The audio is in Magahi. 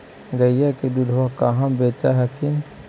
गईया के दूधबा कहा बेच हखिन?